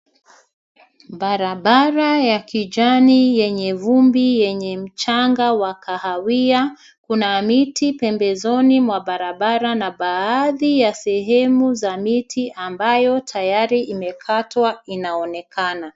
Barabara ya kijani yenye vumbi yenye mchanga wa kahawia kuna miti pembezoni mwa barabara na baadhi ya sehemu za miti ambayo tayari imekatwa inaonekana.